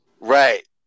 right